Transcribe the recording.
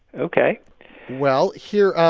ok well, here,